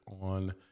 on